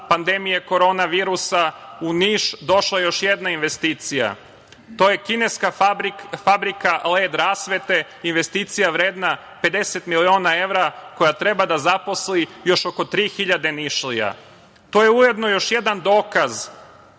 pandemije korona virusa u Niš došla još jedna investicija. To je kineska fabrika led rasvete, investicija vredna 50 miliona evra, koja treba da zaposli još oko 3.000 Nišlija. To je ujedno još jedan dokaz